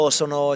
sono